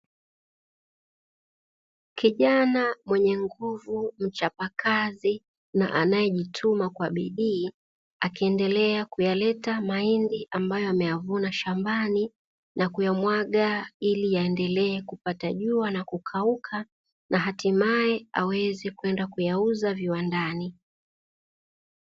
Kijana mwenye nguvu mchapakazi na anaejituma kwa bidii, akiendelea kuyaleta mahindi ambayo ameyavuna shambani na kuyamwaga, ili yaendelee kupata jua na kukauka na hatimaye aweze kwenda kuyauza viwandani.